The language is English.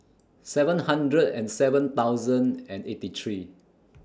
seven hundred and seven thousand and eighty three